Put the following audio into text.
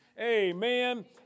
Amen